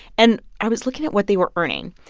and i was looking at what they were earning.